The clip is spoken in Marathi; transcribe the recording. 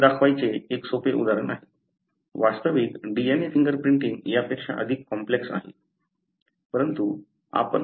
हे दाखवायचे एक सोपे उदाहरण आहे वास्तविक DNA फिंगर प्रिंटिंग यापेक्षा अधिक कॉम्प्लेक्स असेल